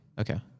Okay